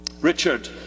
Richard